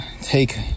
take